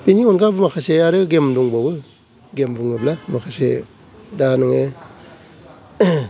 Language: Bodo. बिनि अनगा आरो माखासे गेम दंबावो गेम बुङोब्ला माखासे दा नोङो